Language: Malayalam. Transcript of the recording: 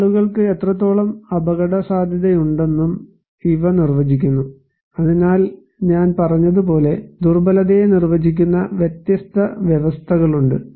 അതിനാൽ ആളുകൾക്ക് എത്രത്തോളം അപകടസാധ്യതയുണ്ടെന്നും ഇവ നിർവചിക്കുന്നു അതിനാൽ ഞാൻ പറഞ്ഞതുപോലെ ദുർബലതയെ നിർവചിക്കുന്ന വ്യത്യസ്ത വ്യവസ്ഥകളുണ്ട്